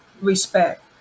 respect